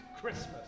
Christmas